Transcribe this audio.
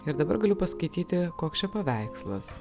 ir dabar galiu paskaityti koks čia paveikslas